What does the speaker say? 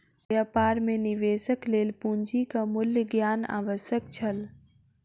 व्यापार मे निवेशक लेल पूंजीक मूल्य ज्ञान आवश्यक छल